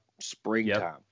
springtime